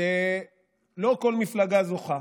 שלא כל מפלגה זוכה,